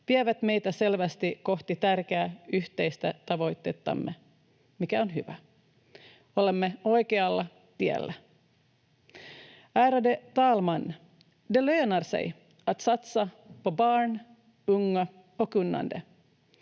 vievät meitä selvästi kohti tärkeää yhteistä tavoitettamme, mikä on hyvä. Olemme oikealla tiellä. Ärade talman! Det lönar sig att satsa på barn, unga och kunnande.